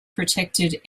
protected